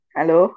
Hello